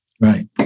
Right